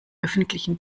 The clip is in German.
öffentlichen